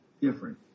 different